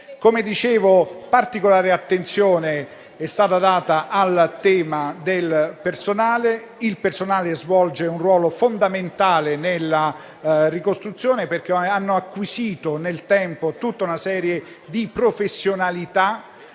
Come dicevo, particolare attenzione è stata data al tema del personale, che svolge un ruolo fondamentale nella ricostruzione, perché ha acquisito nel tempo tutta una serie di professionalità